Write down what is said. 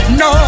no